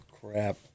crap